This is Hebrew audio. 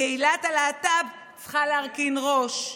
קהילת הלהט"ב צריכה להרכין ראש.